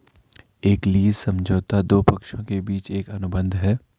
एक लीज समझौता दो पक्षों के बीच एक अनुबंध है